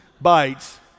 bites